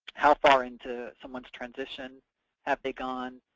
how far into someone's transition have they gone?